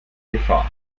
gefahr